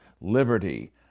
liberty